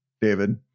David